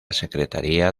secretaría